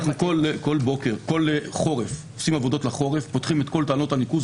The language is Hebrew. כל חורף אנחנו פותחים את כל תעלות הניקוז,